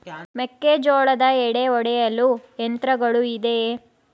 ಮೆಕ್ಕೆಜೋಳದ ಎಡೆ ಒಡೆಯಲು ಯಂತ್ರಗಳು ಇದೆಯೆ?